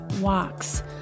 walks